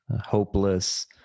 hopeless